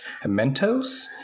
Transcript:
mentos